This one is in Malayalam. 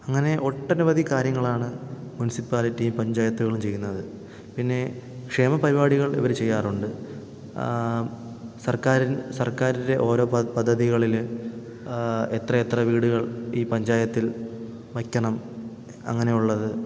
അങ്ങനെ ഒട്ടനവധി കാര്യങ്ങളാണ് മുൻസിപ്പാലിറ്റി പഞ്ചായത്തുകളും ചെയ്യുന്നത് പിന്നെ ക്ഷേമപ്പരിപാടികൾ ഇവർ ചെയ്യാറുണ്ട് സർക്കാരിൻ സർക്കാരിൻ്റെ ഓരോ പത് പദ്ധതികളിൽ എത്ര എത്ര വീടുകൾ ഈ പഞ്ചായത്തിൽ വെയ്ക്കണം അങ്ങനെയുള്ളത്